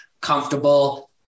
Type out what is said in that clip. comfortable